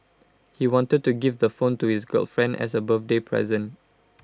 he wanted to give the phone to his girlfriend as A birthday present